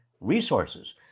resources